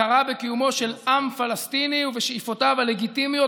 הכרה בקיומו של עם פלסטיני ובשאיפותיו הלגיטימיות,